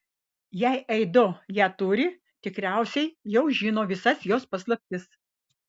jei aido ją turi tikriausiai jau žino visas jos paslaptis